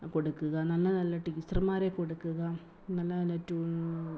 കൊടുക്കുക നല്ല നല്ല ടീച്ചർമാരെ കൊടുക്കുക നല്ല നല്ല റ്റൂബ്